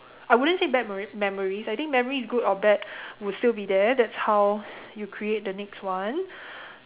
I wouldn't say bad memori~ memories I think memories good or bad would still be there that's how you create the next one